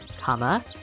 comma